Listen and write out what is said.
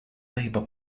labour